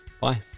Bye